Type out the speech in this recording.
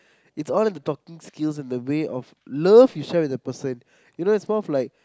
it's all in the talking skills in the way of love you share with the person